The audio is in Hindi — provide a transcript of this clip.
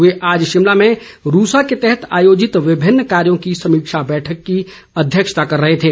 वे आज शिमला में रूसा के तहत आयोजित विभिन्न कार्यों की समीक्षा बैठक की अध्यक्षता कर रहे थे